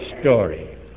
story